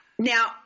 Now